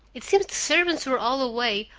it seems the servants were all away,